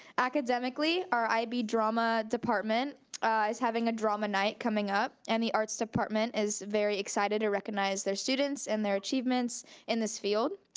academically our ib drama department is having a drama night coming up and the arts department is very excited to recognize their students and their achievements in this field.